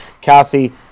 kathy